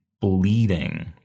bleeding